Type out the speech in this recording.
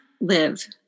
live